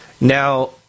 Now